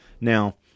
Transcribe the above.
Now